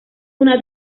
una